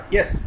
Yes